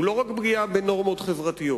הוא לא רק פגיעה בנורמות חברתיות.